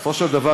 בסופו של דבר,